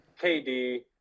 kd